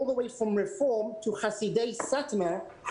מהרפורמים ועד חסידי סאטמר,